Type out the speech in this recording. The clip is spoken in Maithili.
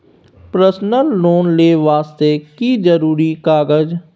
पर्सनल लोन ले वास्ते की जरुरी कागज?